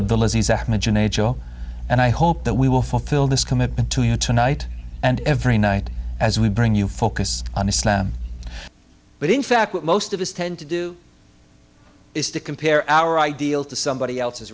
joe and i hope that we will fulfill this commitment to you tonight and every night as we bring you focus on islam but in fact what most of us tend to do is to compare our ideal to somebody else's